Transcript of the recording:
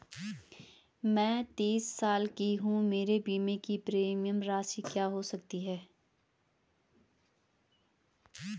मैं तीस साल की हूँ मेरे बीमे की प्रीमियम राशि क्या हो सकती है?